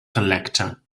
collector